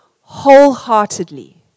wholeheartedly